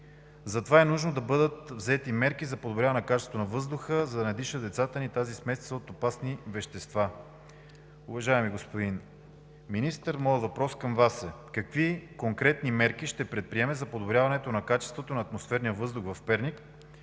Затова е нужно да бъдат взети мерки за подобряване качеството на въздуха, за да не дишат децата ни тази смесица от опасни вещества. Уважаеми господин Министър, моят въпрос към Вас е: какви конкретни мерки ще предприемете за подобряване качеството на атмосферния въздух в Перник?